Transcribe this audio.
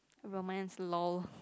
ya but mine is lol